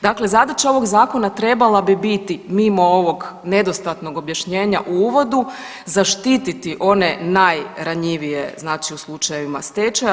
Dakle, zadaća ovog zakona trebala bi biti mimo ovog nedostatnog objašnjenja u uvodu zaštititi one najranjivije znači u slučajevima stečaja.